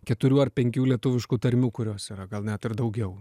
keturių ar penkių lietuviškų tarmių kurios yra gal net ir daugiau